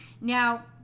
Now